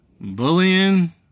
bullying